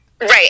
Right